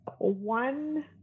One